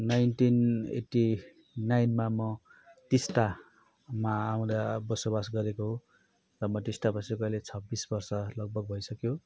nineteen eighty नाइनमा म टिस्टामा आउँदा बसोबास गरेको र म टिस्टा बसेको अहिले छब्बिस वर्ष लगभग भइसक्यो